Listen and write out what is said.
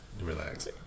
Relax